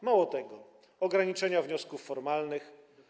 Mało tego, ograniczenia wniosków formalnych.